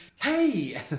Hey